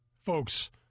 folks